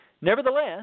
nevertheless